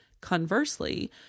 Conversely